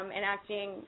enacting